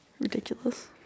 Ridiculous